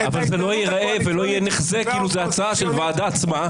אבל זה לא ייראה ולא ייחזה כאילו זאת הצעה של הוועדה עצמה,